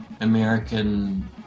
American